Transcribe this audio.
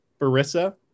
Barissa